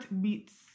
beats